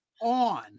on